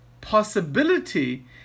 possibility